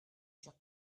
chers